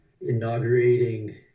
inaugurating